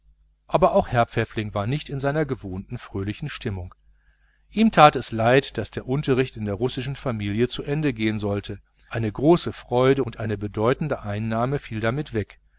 aber auch herr pfäffling war nicht in seiner gewohnten fröhlichen stimmung ihm war es leid daß der unterricht in der russischen familie zu ende gehen sollte eine große freude und eine bedeutende einnahme fiel damit für ihn weg